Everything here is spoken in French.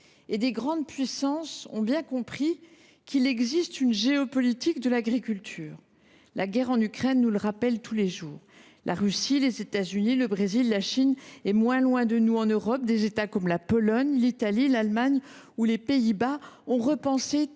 De grandes puissances ont bien compris qu’il existe une géopolitique de l’agriculture : la guerre en Ukraine nous le rappelle tous les jours. La Russie, les États Unis, le Brésil, la Chine et, moins loin de nous, des États en Europe comme la Pologne, l’Italie, l’Allemagne ou les Pays Bas ont repensé